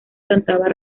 cantaba